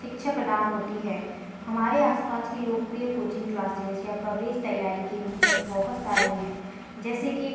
शिक्षा प्रदान होती है हमारे आसपास के लोकप्रिय कोचिंग क्लासेज़ या प्रवेश तैयारी केंद्र का बहुत सारे हैं जैसे कि